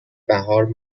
بهار